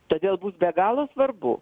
todėl bus be galo svarbu